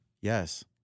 Yes